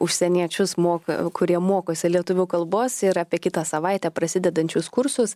užsieniečius moka kurie mokosi lietuvių kalbos ir apie kitą savaitę prasidedančius kursus